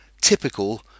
typical